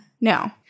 No